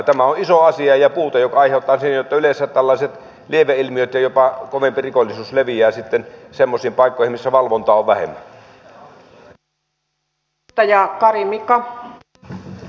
tämä on iso asia ja puute joka aiheuttaa sen että yleensä erilaiset lieveilmiöt ja jopa kovempi rikollisuus leviävät sitten semmoisiin paikkoihin missä valvontaa on vähemmän